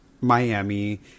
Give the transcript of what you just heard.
Miami